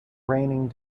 raining